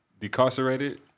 decarcerated